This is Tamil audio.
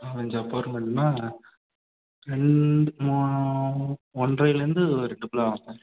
ரெண்டு அப்பார்ட்மெண்ட்னா ரெண்டு மூ ஒன்ரைலேருந்து ரெண்டுக்குள்ளே ஆகும் சார்